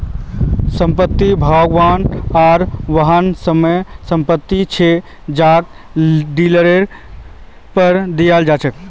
संपत्ति, भवन आर वाहन सामान्य संपत्ति छे जहाक लीजेर पर दियाल जा छे